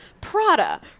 Prada